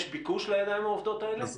יש ביקוש לידיים העובדות האלה?